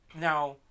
Now